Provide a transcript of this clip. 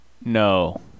no